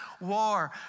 war